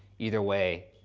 either way,